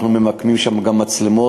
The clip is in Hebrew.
אנחנו ממקמים שם גם מצלמות,